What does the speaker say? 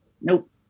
Nope